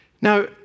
Now